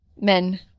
men